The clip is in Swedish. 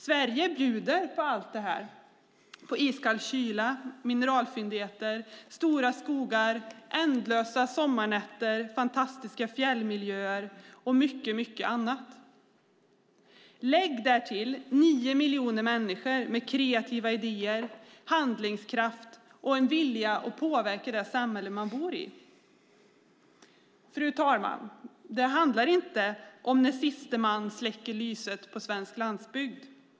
Sverige bjuder på allt det här, på iskall kyla, mineralfyndigheter, stora skogar, ändlösa sommarnätter, fantastiska fjällmiljöer och mycket annat. Lägg därtill nio miljoner människor med kreativa idéer, handlingskraft och en vilja att påverka det samhälle man bor i. Fru talman! Det handlar inte om när siste man släcker lyset på svensk landsbygd.